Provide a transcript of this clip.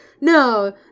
No